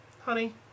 Honey